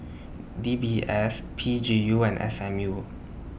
D B S P G U and S M U